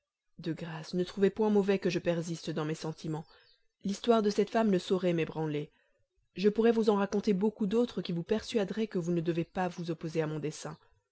de grâce ne trouvez point mauvais que je persiste dans mes sentiments l'histoire de cette femme ne saurait m'ébranler je pourrais vous en raconter beaucoup d'autres qui vous persuaderaient que vous ne devez pas vous opposer à mon dessein